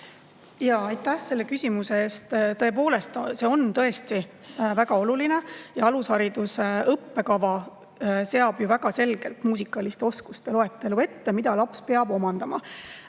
Aitäh selle küsimuse eest! Tõepoolest, see on väga oluline ja alushariduse õppekava seab ju väga selgelt ette nende muusikaliste oskuste loetelu, mida laps peab omandama.